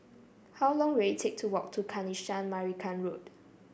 how long will it take to walk to Kanisha Marican Road